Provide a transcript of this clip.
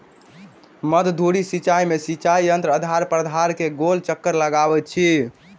मध्य धुरी सिचाई में सिचाई यंत्र आधार प्राधार के गोल चक्कर लगबैत अछि